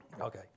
Okay